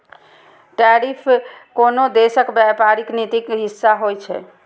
tariff कोनो देशक व्यापारिक नीतिक हिस्सा होइ छै